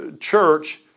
church